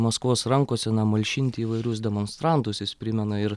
maskvos rankose malšinti įvairius demonstrantus jis primena ir